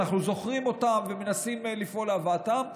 אנחנו זוכרים אותם ומנסים לפעול להבאתם.